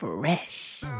Fresh